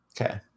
Okay